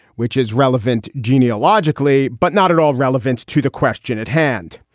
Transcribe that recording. which is relevant. genea, logically, but not at all relevant to the question at hand,